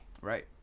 Right